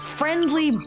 friendly